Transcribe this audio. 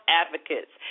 advocates